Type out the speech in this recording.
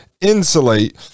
insulate